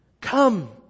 come